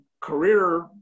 career